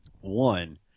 One